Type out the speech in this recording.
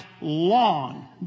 long